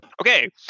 Okay